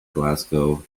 glasgow